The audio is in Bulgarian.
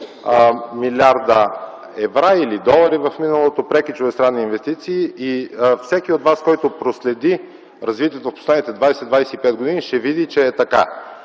милиарда евра или долари, в миналото преки чуждестранни инвестиции. Всеки от вас, който проследи развитието в последните 20-25 години, ще види, че е така.